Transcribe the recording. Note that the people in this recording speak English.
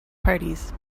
parties